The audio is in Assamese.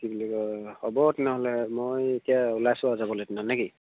কি বুলি কয় হ'ব তেনেহ'লে মই এতিয়া ওলাইছো আৰু যাবলৈ তেনেহ'লে নে কি